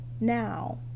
now